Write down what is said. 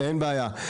אין בעיה.